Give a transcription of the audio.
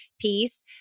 piece